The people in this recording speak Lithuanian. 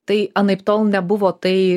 tai anaiptol nebuvo tai